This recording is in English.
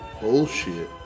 bullshit